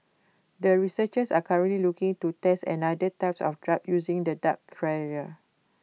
the researchers are currently looking to test another types of drugs using the duck carrier